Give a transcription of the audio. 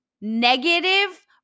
Negative